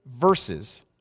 verses